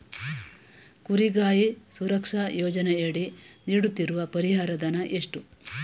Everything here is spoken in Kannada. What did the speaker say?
ಕುರಿಗಾಹಿ ಸುರಕ್ಷಾ ಯೋಜನೆಯಡಿ ನೀಡುತ್ತಿರುವ ಪರಿಹಾರ ಧನ ಎಷ್ಟು?